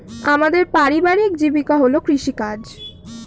আমাদের পারিবারিক জীবিকা হল কৃষিকাজ